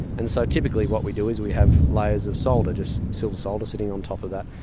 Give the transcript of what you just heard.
and so typically what we do is we have layers of solder, just silver solder, sitting on top of that,